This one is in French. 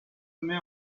met